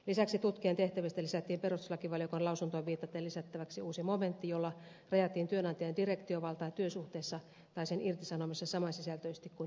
lisäksi tutkijan tehtävistä lisättiin perustuslakivaliokunnan lausuntoon viitaten lisättäväksi uusi momentti jolla rajattiin työnantajien direktiovaltaa työsuhteessa tai sen irtisanomisessa saman sisältöisesti kuin yliopistolaissa